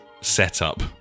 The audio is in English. setup